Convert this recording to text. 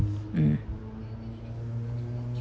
mm